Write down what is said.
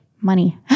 Money